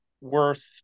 worth